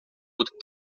would